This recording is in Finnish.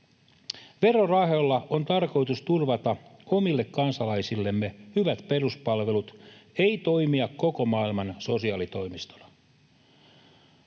Verorahoilla on tarkoitus turvata omille kansalaisillemme hyvät peruspalvelut, ei toimia koko maailman sosiaalitoimistona.